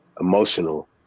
emotional